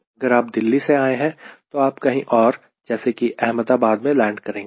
अगर आप दिल्ली से आए हैं तो आप कहीं और जैसे कि अहमदाबाद में लैंड करेंगे